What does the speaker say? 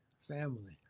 family